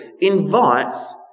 invites